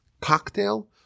cocktail